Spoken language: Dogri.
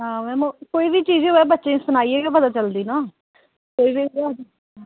हां मैम कोई बी चीज होवै बच्चें गी सनाइयै गै पता चलदी ना कोई बी